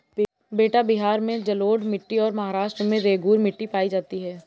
बेटा बिहार में जलोढ़ मिट्टी और महाराष्ट्र में रेगूर मिट्टी पाई जाती है